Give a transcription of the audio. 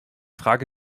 frage